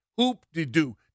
Oop-de-doo